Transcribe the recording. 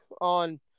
on